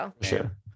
Sure